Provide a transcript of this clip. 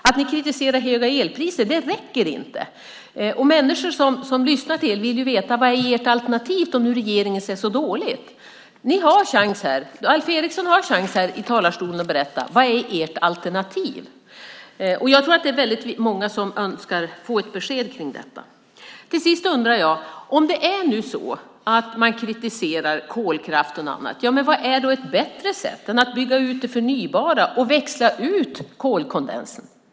Att ni kritiserar höga elpriser räcker inte. Människor som lyssnar till er vill ju veta vad ert alternativ är om nu regeringens är så dåligt. Alf Eriksson har chansen att här i talarstolen berätta vad som är ert alternativ. Jag tror att det är väldigt många som önskar få ett besked om detta. Till sist undrar jag: Om det nu är så att man kritiserar kolkraften och annat, vad är då ett bättre sätt än att bygga ut det förnybara och växla ut kolkondensen?